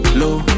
low